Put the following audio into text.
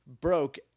broke